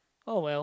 oh well